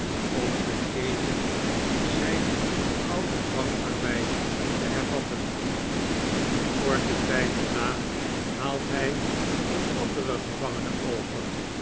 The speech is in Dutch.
om geketend zgn ouden dwangarbeid te hervatten korten tjjd daarna haalt by een anderen gevangene over